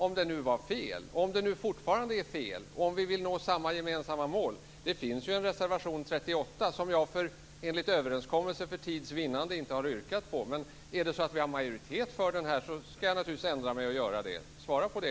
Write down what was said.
Om det nu var fel och fortfarande är fel, och om vi vill nå samma gemensamma mål, finns ju reservation 38, som jag enligt överenskommelse för tids vinnande inte har yrkat bifall till. Men om vi har majoritet för den ska jag naturligtvis ändra mig och göra det. Svara på det,